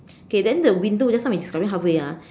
okay then the window just now we describing halfway ah